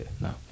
No